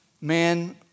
man